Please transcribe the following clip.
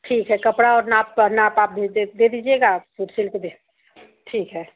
ठीक है कपड़ा और नाप नाप आप भेज दे दे दीजिएगा फिर सिल के दे ठीक है